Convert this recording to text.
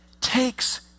takes